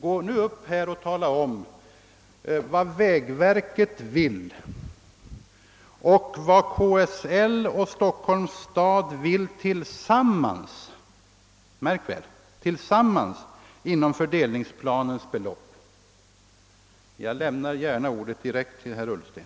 Gå nu upp och tala om vad vägverket vill och vad KSL och Stockholms stad vill tillsammans — märk väl tillsammans — inom fördelningsplanens belopp. Jag lämnar gärna ordet direkt till herr Ullsten.